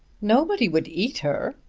nobody would eat her,